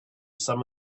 some